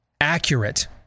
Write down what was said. accurate